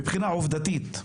מבחינה עובדתית.